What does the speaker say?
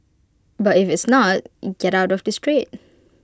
but if it's not get out of this trade